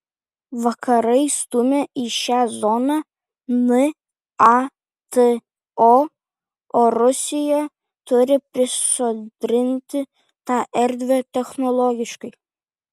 vakarai stumia į šią zoną nato o rusija turi prisodrinti tą erdvę technologiškai